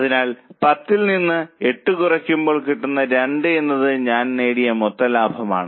അതിനാൽ 10ൽ നിന്ന് 8 കുറയ്ക്കുമ്പോൾ കിട്ടുന്ന 2 എന്നത് ഞാൻ നേടിയ മൊത്ത ലാഭമാണ്